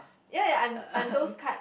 ya ya I'm I'm those kind